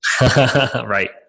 Right